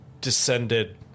descended